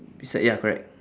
beside ya correct